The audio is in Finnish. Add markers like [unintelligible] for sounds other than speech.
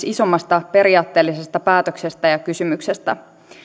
[unintelligible] isommasta periaatteellisesta päätöksestä ja kysymyksestä